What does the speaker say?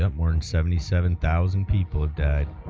um weren't seventy seven thousand people of good